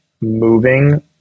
moving